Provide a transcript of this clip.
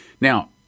Now